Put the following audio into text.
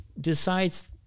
decides